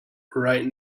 right